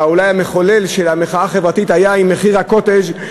אולי המחולל של המחאה החברתית היה עליית מחיר הקוטג',